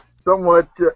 somewhat